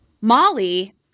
Molly